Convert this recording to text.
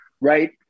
right